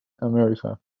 america